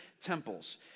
temples